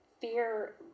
fear